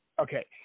Okay